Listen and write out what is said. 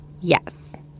Yes